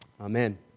Amen